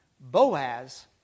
Boaz